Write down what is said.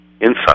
insight